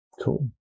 Cool